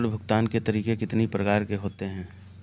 ऋण भुगतान के तरीके कितनी प्रकार के होते हैं?